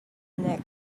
neck